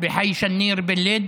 (אומר בערבית: בשכונת שניר בלוד.)